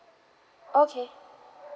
okay